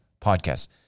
podcast